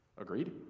Agreed